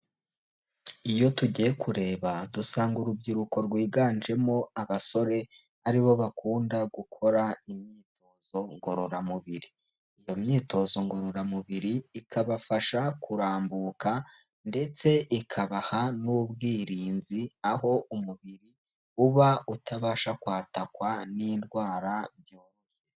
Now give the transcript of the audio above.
Iyo tugiye kureba dusanga urubyiruko rwiganjemo abasore, ari bo bakunda gukora imyitozo ngororamubiri, iyo myitozo ngororamubiri ikabafasha kurambuka ndetse ikabaha n'ubwirinzi, aho umubiri uba utabasha kwatakwa n'indwara byoroshye.